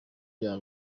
bya